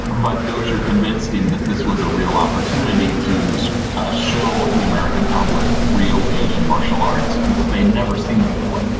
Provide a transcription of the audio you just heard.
but dozier convinced him that this was a real opportunity to so ah show the american public real asian martial arts, which they'd never seen before.